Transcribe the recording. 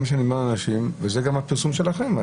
וזה גם הפרסום שלכם.